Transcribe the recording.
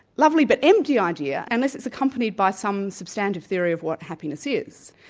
lovely but empty idea, unless it's accompanied by some substantive theory of what happiness is.